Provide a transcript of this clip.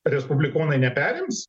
respublikonai neperims